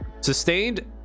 sustained